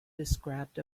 described